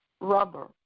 rubber